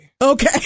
Okay